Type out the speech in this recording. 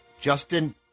Justin